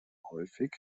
häufig